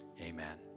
Amen